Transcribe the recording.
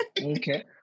Okay